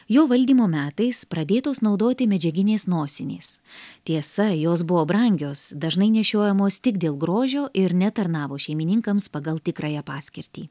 jo valdymo metais pradėtos naudoti medžiaginės nosinės tiesa jos buvo brangios dažnai nešiojamos tik dėl grožio ir netarnavo šeimininkams pagal tikrąją paskirtį